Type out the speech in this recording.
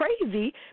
crazy